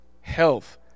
health